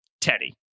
Teddy